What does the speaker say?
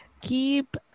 keep